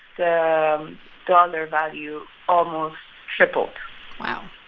the um dollar value almost tripled wow